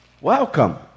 Welcome